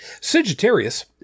Sagittarius